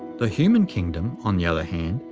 the human kingdom, on the other hand,